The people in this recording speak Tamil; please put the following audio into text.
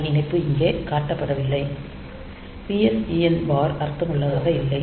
அதன் இணைப்பு இங்கே காட்டப்படாவிட்டால் PSEN பார் அர்த்தமுள்ளதாக இல்லை